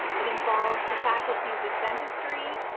it involves the faculties of dentistry,